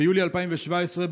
ביולי 2017,